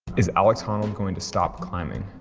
is alex honnold going to stop climbing?